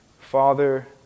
Father